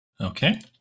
Okay